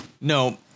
no